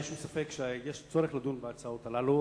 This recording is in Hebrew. אין שום ספק שיש צורך לדון בהצעות הללו.